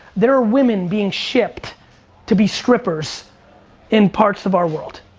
there are women being shipped to be strippers in parts of our world.